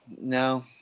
No